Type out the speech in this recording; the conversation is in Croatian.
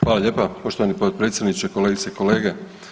Hvala lijepa, poštovani potpredsjedniče, kolegice i kolege.